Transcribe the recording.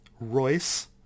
Royce